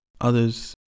Others